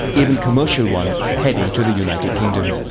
even commercial ones, heading to the united kingdom.